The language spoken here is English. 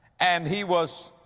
and he was,